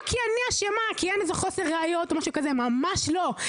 לא כי אני אשמה או בגלל חוסר ראיות - ממש לא.